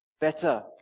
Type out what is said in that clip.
better